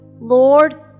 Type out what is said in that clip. Lord